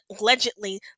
allegedly